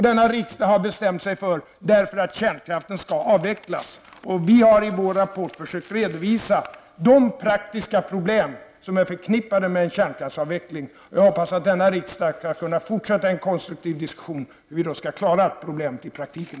Denna riksdag har bestämt sig för att kärnkraften skall avvecklas, och vi har i vår rapport försökt redovisa de praktiska problem som är förknippade med en kärnkraftsavveckling. Jag hoppas att riksdagen skall kunna fortsätta en konstruktiv diskussion om hur vi också skall klara problemet i praktiken.